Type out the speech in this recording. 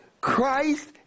Christ